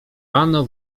rano